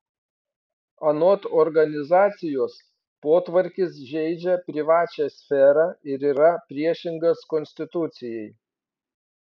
anot organizacijos potvarkis žeidžia privačią sferą ir yra priešingas konstitucijai